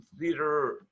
theater